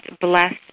bless